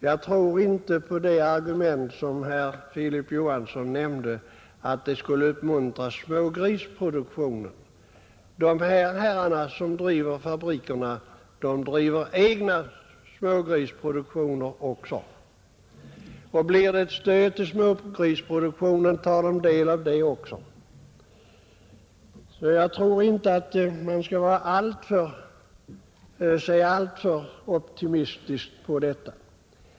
Jag tror inte på det argument som herr Filip Johansson i Holmgården nämnde, nämligen att det skulle uppmuntra smågrisproduktionen. De herrar som driver fabrikerna driver också egen smågrisproduktion. Blir det ett stöd till smågrisproduktionen, tar de en del av det också. Jag tror inte att man skall se alltför optimistiskt på detta.